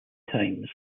times